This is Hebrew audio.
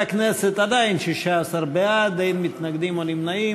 חברי הכנסת, עדיין 16 בעד, אין מתנגדים או נמנעים.